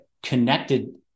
connected